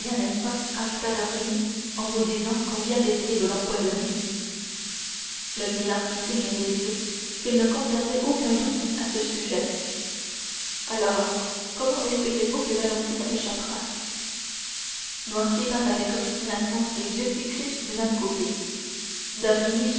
n'est-ce pas ajouta d'avrigny en vous disant qu'on vient d'essayer de l'empoisonner le vieillard fit signe des yeux qu'il ne conservait aucun doute à ce sujet alors comment espérez-vous que valentine échappera noirtier tint avec obstination ses yeux fixés du même côté